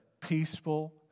peaceful